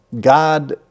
God